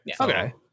Okay